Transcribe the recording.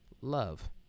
love